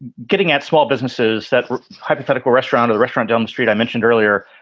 getting at small businesses, that hypothetical restaurant or the restaurant down the street i mentioned earlier,